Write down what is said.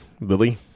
Lily